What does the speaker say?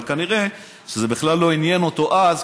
אבל כנראה שזה בכלל לא עניין אותו אז,